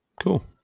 cool